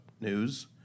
news